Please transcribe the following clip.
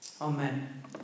Amen